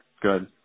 good